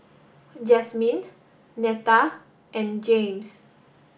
Jasmyne Neta and Jaymes